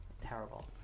terrible